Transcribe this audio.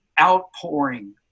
outpouring